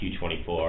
Q24